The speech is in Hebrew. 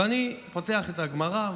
ואני פותח את הגמרא,